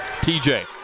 TJ